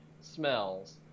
smells